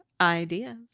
ideas